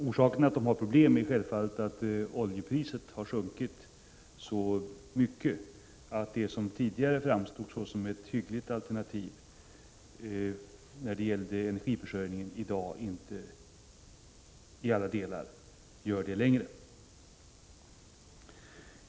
Orsaken till problemen är att oljepriset har sjunkit så mycket att det som tidigare framstod som ett hyggligt alternativ när det gällde energiförsörjningen inte längre gör detta.